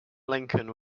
lincoln